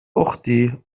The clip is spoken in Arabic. أختي